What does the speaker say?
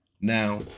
Now